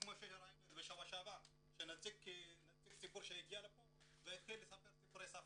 כמו שראינו בשבוע שעבר שנציג ציבור הגיע לפה והתחיל לספר סיפורי סבתא.